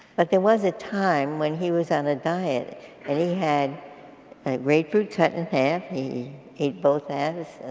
but there was a time when he was on a diet and he had a grapefruit cut in half, he ate both halves.